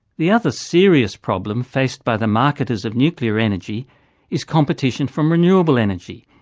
the other serious problem faced by the marketers of nuclear energy is competition from renewable energy,